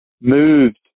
moved